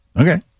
Okay